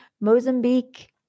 Mozambique